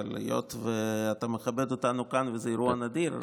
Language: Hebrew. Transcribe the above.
אבל היות שאתה מכבד אותנו כאן וזה אירוע נדיר,